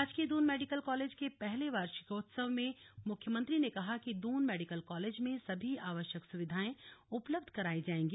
राजकीय Doon medical college के पहले वार्षिकोत्सव में मुख्यमंत्री ने कहा कि दून मेडिकल कालेज में सभी आवश्यक सुविधाएं उपलब्ध करायी जायेंगी